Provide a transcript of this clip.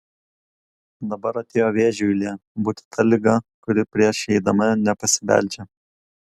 dabar atėjo vėžio eilė būti ta liga kuri prieš įeidama nepasibeldžia